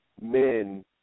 Men